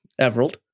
Everald